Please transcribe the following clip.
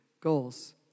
goals